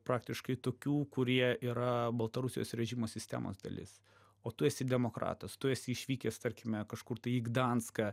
praktiškai tokių kurie yra baltarusijos režimo sistemos dalis o tu esi demokratas tu esi išvykęs tarkime kažkur tai į gdanską